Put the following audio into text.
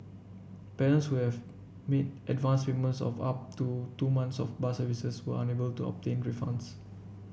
parents who have made advanced payments of up to two months of bus services were unable to obtain refunds